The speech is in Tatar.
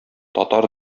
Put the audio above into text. татар